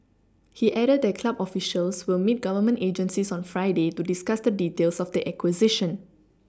he added that club officials will meet Government agencies on Friday to discuss the details of the acquisition